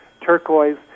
turquoise